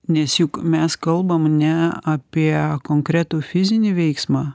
nes juk mes kalbam ne apie konkretų fizinį veiksmą